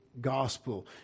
gospel